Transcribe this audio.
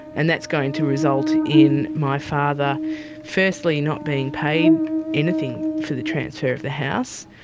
and that's going to result in my father firstly not being paid anything from the transfer of the house,